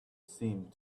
seemed